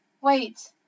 wait